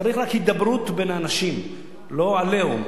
צריך רק הידברות בין האנשים, לא "עליהום".